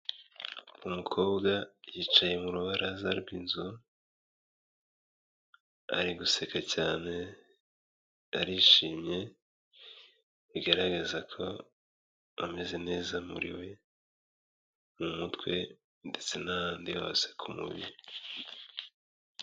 Umukobwa yicaye mu rubaraza rw'inzu, ari guseka cyane, arishimye, bigaragaza ko ameze neza muri we, mu mutwe ndetse n'ahandi hose ku mubiri.